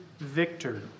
victor